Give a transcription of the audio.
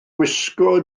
gwisgo